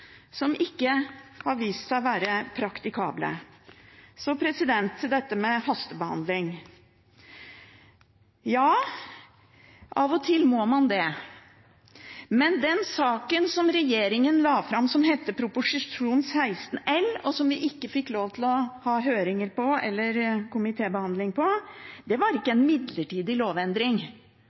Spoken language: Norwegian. som ikke har vist seg å være praktikable. Til det med hastebehandling: Av og til må man det, men den saken som regjeringen la fram, Prop. 16 L for 2015–2016, og som vi ikke fikk lov til å ha høringer om eller komitébehandling av, var ikke en midlertidig lovendring.